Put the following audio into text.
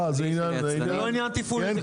זה לא עניין תפעולי.